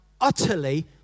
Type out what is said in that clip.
utterly